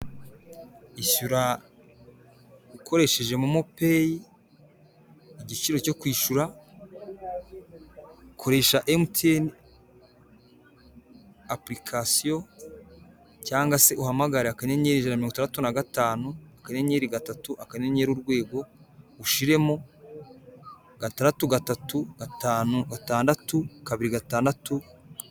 Ishyura ukoresheje Momopeyi, igiciro cyo kwishyura koresha MTN Apurikasiyo cyangwa se uhamagare akanyenyeri ijana na mirongo itandatu na gatanu, akayenyeri gatatu, akanyenyeri urwego, ushyiremo gatandatu gatatu, gatanu gatandatu, kabiri gatandatu.